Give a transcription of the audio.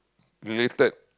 limited